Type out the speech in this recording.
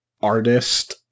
artist